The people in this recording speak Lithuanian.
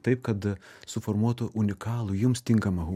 taip kad suformuotų unikalų jums tinkamą